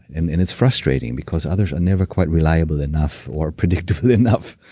and and it's frustrating because others are never quite reliable enough or predictable enough